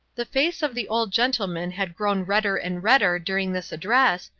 the face of the old gentleman had grown redder and redder during this address,